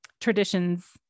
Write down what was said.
traditions